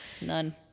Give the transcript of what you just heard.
None